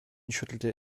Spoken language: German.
schüttelte